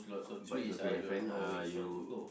but it's okay my friend uh you